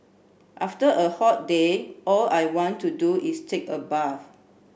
after a hot day all I want to do is take a bath